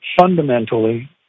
fundamentally